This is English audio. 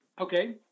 Okay